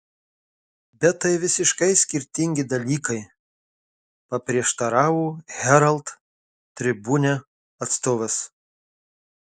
bet tai visiškai skirtingi dalykai paprieštaravo herald tribune atstovas